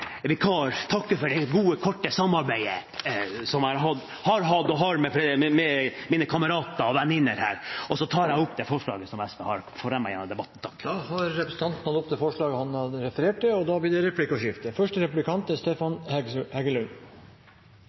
takke for det gode, korte samarbeidet som jeg har hatt og har med mine kamerater og venninner her. Så tar jeg opp det forslaget SV har fremmet i debatten. Representanten Johnny Ingebrigtsen har tatt opp det forslaget han refererte til. Det blir replikkordskifte. La meg først få lov til å si hvor utrolig hyggelig det